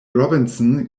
robinson